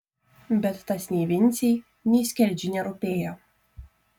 bet tas nei vincei nei skerdžiui nerūpėjo